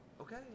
Okay